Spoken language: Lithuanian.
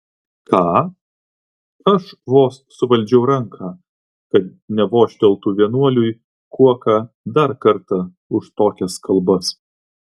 ką aš vos suvaldžiau ranką kad nevožteltų vienuoliui kuoka dar kartą už tokias kalbas